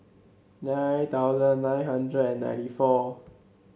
nine thousand nine hundred and ninety four